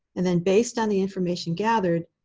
and then based on the information gathered,